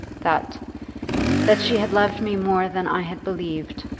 that that she had loved me more than i had believed.